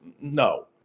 No